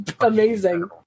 amazing